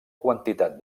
quantitat